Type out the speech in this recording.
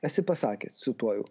esi pasakęs cituoju